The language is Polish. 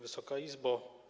Wysoka Izbo!